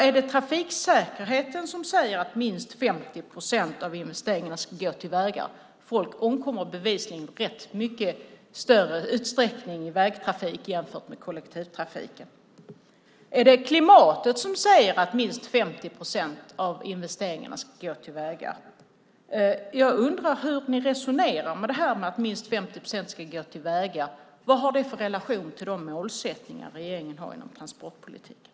Är det trafiksäkerheten som säger att minst 50 procent av investeringarna ska gå till vägar? Folk omkommer bevisligen i större utsträckning i vägtrafik än i kollektivtrafik. Är det klimatet som säger att minst 50 procent av investeringarna ska gå till vägar? Jag undrar hur ni resonerar när det gäller att minst 50 procent ska gå till vägar. Vilken relation har det till de målsättningar som regeringen har inom transportpolitiken?